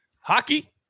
Hockey